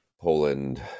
Poland